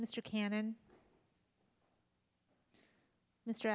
mr cannon mr